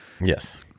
Yes